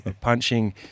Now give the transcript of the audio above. Punching